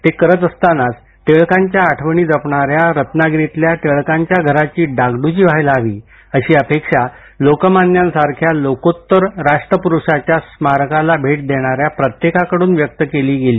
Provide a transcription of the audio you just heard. ते करत असतानाच टिळकांच्या आठवणी जपणाऱ्या रत्नागिरीतल्या टिळकांच्या घराची डागड्जी व्हायला हवी अशी अपेक्षा लोकमान्यांसारख्या लोकोत्तर राष्ट्रपुरुषाच्या स्मारकाला भेट देणाऱ्या प्रत्येकाकडून व्यक्त केली गेली